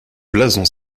blason